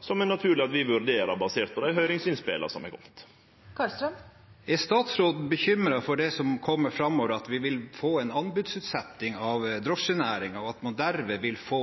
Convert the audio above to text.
som det er naturleg at vi vurderer, basert på dei høyringsinnspela som er komne. Steinar Karlstrøm – til oppfølgingsspørsmål. Er statsråden bekymret for det som kommer framover, at vi vil få en anbudsutsetting av drosjenæringen, og at man dermed vil få